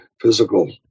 physical